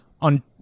on